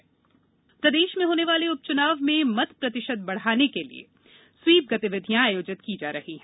चुनाव तैयारी प्रदेश में होने वाले उपचुनाव में मत प्रतिशत बढ़ाने के लिए स्वीप गतिविधियां आयोजित की जा रही है